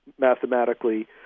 mathematically